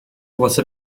واسه